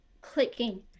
clicking